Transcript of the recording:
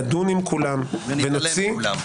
נדון עם כולם ונוציא --- ונתעלם מכולם.